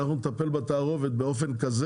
אנחנו נטפל בתערובת באופן כזה